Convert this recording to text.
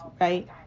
right